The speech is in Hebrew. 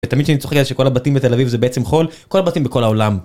תמיד שאני צוחק שכל הבתים בתל אביב זה בעצם חול כל הבתים בכל העולם.